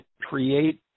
create